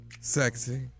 Sexy